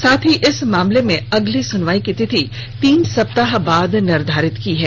साथ ही इस मामले में अगली सुनवाई की तिथि तीन सप्ताह बाद निर्धारित की है